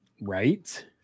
right